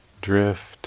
drift